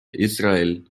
израиль